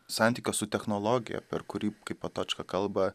santykio su technologija per kurį kaip patočka kalba